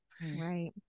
right